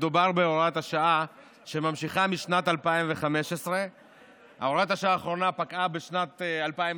מדובר בהוראת שעה שממשיכה משנת 2015. הוראת השעה האחרונה פקעה בשנת 2021,